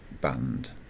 band